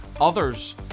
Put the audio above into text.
others